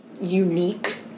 unique